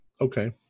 Okay